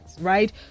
right